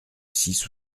six